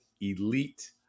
elite